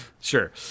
sure